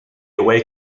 away